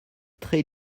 très